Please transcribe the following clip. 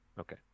Okay